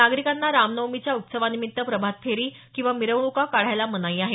नागरिकांना रामनवमीच्या उत्सवानिमीत्त प्रभात फेरी किंवा मिरवणुका काढायला मनाई आहे